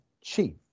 chief